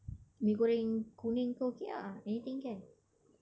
mi goreng kuning ke okay ah anything can